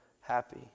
happy